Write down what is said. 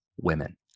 Women